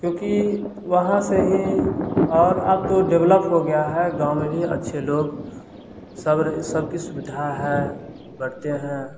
क्योंकि वहाँ से ही और अब तो डेवलप हो गया है गाँव में भी अच्छे लोग सब्र सबकी सुविधा है बढ़ते हैं